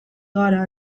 gara